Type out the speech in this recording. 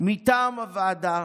מטעם הוועדה